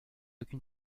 aucune